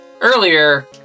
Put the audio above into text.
earlier